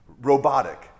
robotic